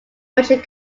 budget